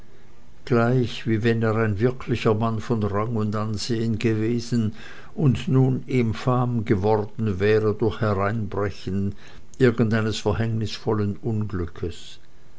gleich wie wenn er ein wirklicher mann von rang und ansehen gewesen und nun infam geworden wäre durch hereinbrechen irgendeines verhängnisvollen unglückes